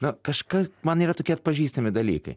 na kažkas man yra tokie atpažįstami dalykai